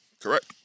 Correct